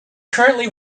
currently